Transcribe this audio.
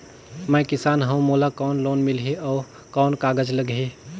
मैं किसान हव मोला कौन लोन मिलही? अउ कौन कागज लगही?